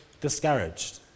discouraged